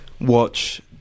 watch